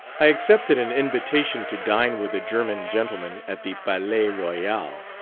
i accepted an invitation to dine with a german gentleman at the palais royal,